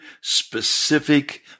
specific